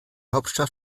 hauptstadt